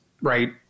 right